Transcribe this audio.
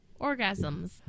orgasms